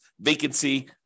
vacancy